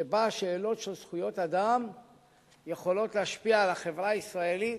שבה השאלות של זכויות אדם יכולות להשפיע על החברה הישראלית.